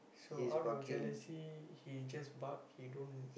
so out of jealousy he just bark he don't